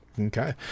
Okay